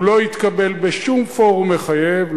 הוא לא התקבל בשום פורום מחייב,